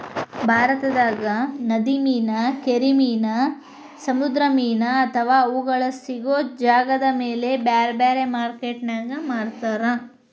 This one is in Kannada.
ಭಾರತದಾಗ ನದಿ ಮೇನಾ, ಕೆರಿ ಮೇನಾ, ಸಮುದ್ರದ ಮೇನಾ ಅಂತಾ ಅವುಗಳ ಸಿಗೋ ಜಾಗದಮೇಲೆ ಬ್ಯಾರ್ಬ್ಯಾರೇ ಮಾರ್ಕೆಟಿನ್ಯಾಗ ಮಾರ್ತಾರ